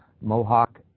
Mohawk